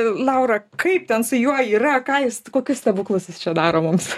laura kaip ten su juo yra ką jis kokius stebuklus jis čia daro mums